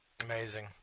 Amazing